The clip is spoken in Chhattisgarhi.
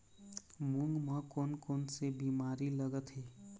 मूंग म कोन कोन से बीमारी लगथे?